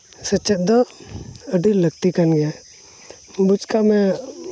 ᱥᱮᱪᱮᱫ ᱫᱚ ᱟᱹᱰᱤ ᱞᱟᱹᱠᱛᱤ ᱠᱟᱱ ᱜᱮᱭᱟ ᱵᱩᱡᱽ ᱠᱟᱜ ᱢᱮ